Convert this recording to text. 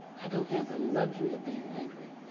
i don't have the luxury of being angry.